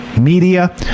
media